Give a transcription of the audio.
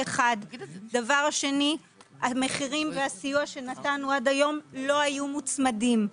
המחירים והסיוע שנתנו עד היום לא היו מוצמדים.